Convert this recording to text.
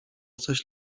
coś